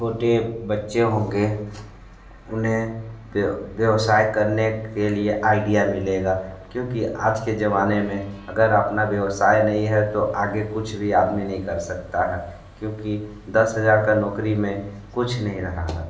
छोटे बच्चे होंगे उन्हें व्यवसाय करने के लिए आईडिया मिलेगा क्योंकि आज के जमाने में अगर अपना व्यवसाय नहीं है तो आगे कुछ भी आदमी नहीं कर सकता है क्योंकि दस हजार का नौकरी में कुछ नहीं रहा है